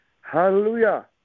Hallelujah